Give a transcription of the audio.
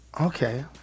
okay